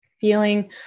Feeling